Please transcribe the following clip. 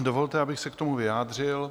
Dovolte, abych se k tomu vyjádřil.